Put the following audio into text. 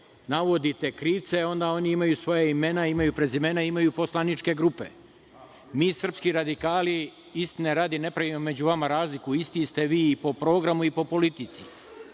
navodite krivce, onda oni imaju svoja imena, prezimena i poslaničke grupe. Mi srpski radikali, istine radi, ne pravimo među vama razliku, isti ste vi, i po programu i po politici.